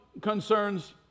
concerns